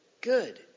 good